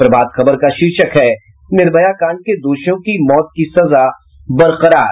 प्रभात खबर का शीर्षक है निर्भया कांड के दोषियों की मौत की सजा बरकरार